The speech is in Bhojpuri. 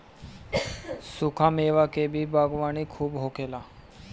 सुखा मेवा के भी बागवानी खूब होखेला